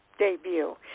debut